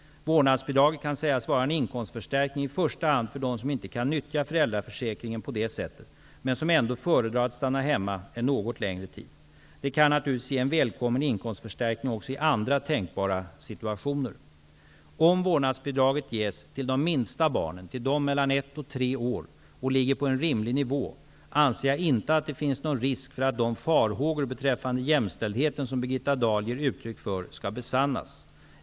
Vårdnadsbidraget kan sägas vara en inkomstförstärkning i första hand för dem som inte kan nyttja föräldraförsäkringen på detta sätt men som ändå föredrar att stanna hemma en något längre tid. Det kan naturligtvis ge en välkommen inkomstförstärkning också i andra tänkbara situationer. Om vårdnadsbidraget ges till de minsta barnen -- till dem mellan ett och tre år -- och ligger på en rimlig nivå, anser jag inte att det finns någon risk för att de farhågor beträffande jämställdheten som Birgitta Dahl ger uttryck för skall besannas.